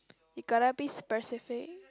you got to be specific